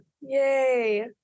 Yay